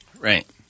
Right